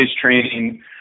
training